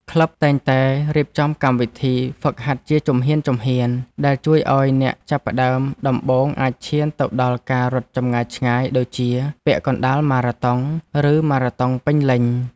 ក្លឹបតែងតែរៀបចំកម្មវិធីហ្វឹកហាត់ជាជំហានៗ ដែលជួយឱ្យអ្នកចាប់ផ្ដើមដំបូងអាចឈានទៅដល់ការរត់ចម្ងាយឆ្ងាយដូចជាពាក់កណ្ដាលម៉ារ៉ាតុង ឬម៉ារ៉ាតុងពេញលេញ។